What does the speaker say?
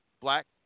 Black